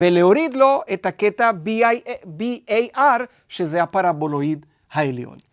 ולהוריד לו את הקטע BAR, שזה הפרבולואיד העליון.